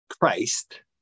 Christ